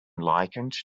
likened